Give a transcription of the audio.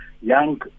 young